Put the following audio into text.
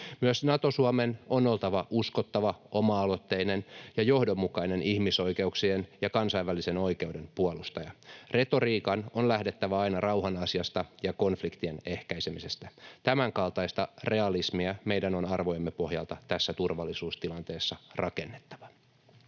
Myös Nato-Suomen on oltava uskottava, oma-aloitteinen ja johdonmukainen ihmisoikeuksien ja kansainvälisen oikeuden puolustaja. Retoriikan on lähdettävä aina rauhan asiasta ja konfliktien ehkäisemisestä. Tämänkaltaista realismia meidän on arvojemme pohjalta tässä turvallisuustilanteessa rakennettava.